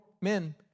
men